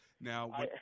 Now